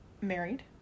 married